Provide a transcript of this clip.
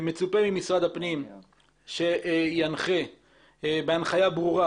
מצופה ממשרד הפנים שינחה בהנחיה ברורה